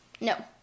No